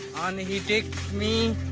and he takes me